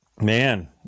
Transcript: Man